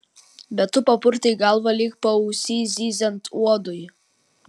bet tu papurtei galvą lyg paausy zyziant uodui